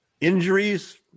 Injuries